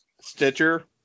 Stitcher